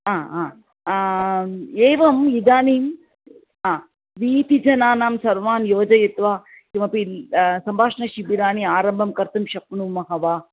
हा हा एवम् इदानीं हा वीथिजनान् सर्वान् योजयित्वा किमपि सम्भाषणशिबिराणि आरम्भं कर्तुं शक्नुमः वा